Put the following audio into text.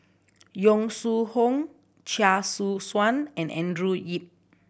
Yong Shu Hoong Chia Choo Suan and Andrew Yip